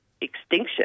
extinction